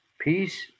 Peace